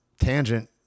tangent